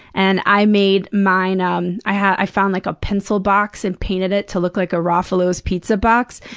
and i made mine um i had i found, like, a pencil box and painted it to look like a raffallo's pizza box,